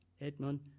Edmund